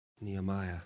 Nehemiah